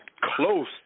close